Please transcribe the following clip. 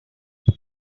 what